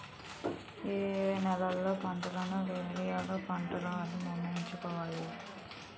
ఏయే నేలలలో ఏపంటలను వేయాలో పంటదారుడు నిర్ణయించుకోవాలి